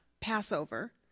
Passover